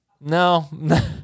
No